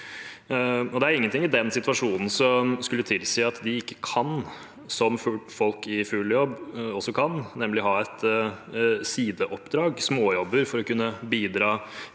Det er ingenting i den situasjonen som skulle tilsi at de ikke kan – som folk i full jobb kan – ha sideoppdrag eller småjobber for å kunne bidra